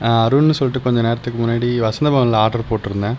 அருள்னு சொல்லிகிட்டு கொஞ்சம் நேரத்துக்கு முன்னாடி வசந்த பவனில் ஆர்டரு போட்டுருந்தேன்